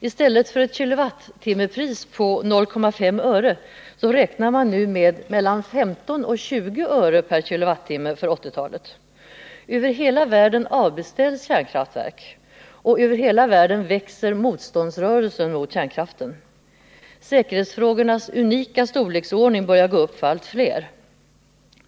I stället för ett kilowattimpris på 0,5 öre räknar man nu med 15-20 öre/kWh för 1980-talet. Över hela världen avbeställs kärnkraftverk, och över hela världen växer motståndsrörelsen mot kärnkraften. Säkerhetsfrågornas unika storleksordning börjar gå upp för allt fler.